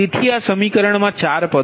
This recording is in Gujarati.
તેથી આ સમીકરણમાં ચાર પદ છે